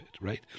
right